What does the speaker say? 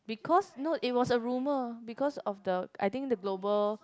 because not it was a rumour because of the I think the global